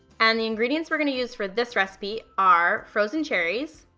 and the ingredients we're gonna use for this recipe are frozen cherries,